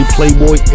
Playboy